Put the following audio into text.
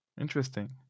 Interesting